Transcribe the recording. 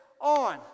on